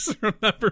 remember